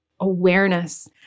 awareness